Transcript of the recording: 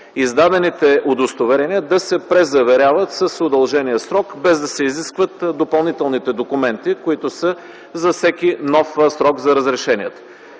издадените удостоверения да се презаверяват с удължения срок, без да се изискват допълнителните документи, които са за всеки нов срок за разрешение.